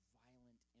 violent